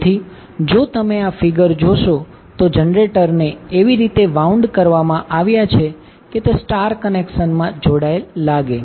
તેથી જો તમે આ ફિગર જોશો તો જનરેટર ને એવી રીતે વાઉન્ડ કરવામાં આવ્યા છે કે તે સ્ટાર કનેક્શન માં જોડાયેલ લાગે